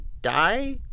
die